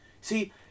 see